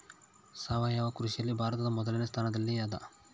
ಸಾವಯವ ಕೃಷಿಯಲ್ಲಿ ಭಾರತ ಮೊದಲನೇ ಸ್ಥಾನದಲ್ಲಿ ಅದ